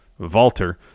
Valter